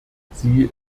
sie